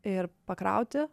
ir pakrauti